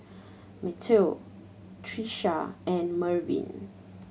Matteo Trisha and Mervin